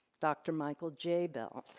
dr. michael j. bell.